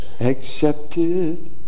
accepted